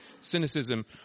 cynicism